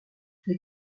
les